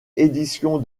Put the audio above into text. édition